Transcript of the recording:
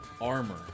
armor